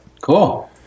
Cool